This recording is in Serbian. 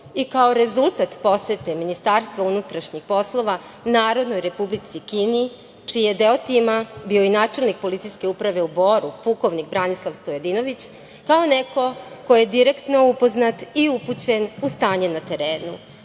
i kao rezultat posete Ministarstva unutrašnjih poslova Narodnoj Republici Kini, čiji je deo tima bio i načelnik Policijske uprave u Boru pukovnik Branislava Stojadinović, kao neko ko je direktno upoznat i upućen u stanje na terenu,